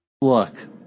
Look